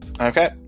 okay